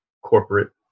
corporate